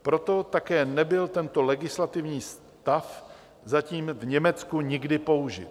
Proto také nebyl tento legislativní stav zatím v Německu nikdy použit.